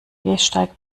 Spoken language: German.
gehsteig